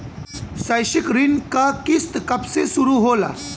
शैक्षिक ऋण क किस्त कब से शुरू होला?